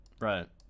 Right